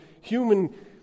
human